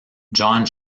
john